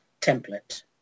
template